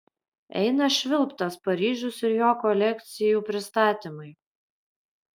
eina švilpt tas paryžius ir jo kolekcijų pristatymai